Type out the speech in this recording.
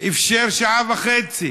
אפשר שעה וחצי